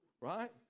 Right